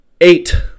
eight